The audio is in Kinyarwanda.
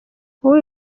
wowe